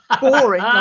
boring